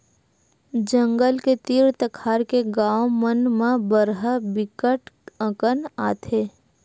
जंगल के तीर तखार के गाँव मन म बरहा बिकट अकन आथे